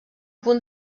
punt